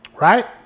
Right